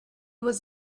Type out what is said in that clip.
was